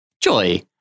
Joy